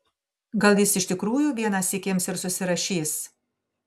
gal jis iš tikrųjų vienąsyk ims ir susirašys